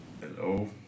Hello